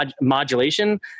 modulation